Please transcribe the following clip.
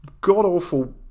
god-awful